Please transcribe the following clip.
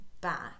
back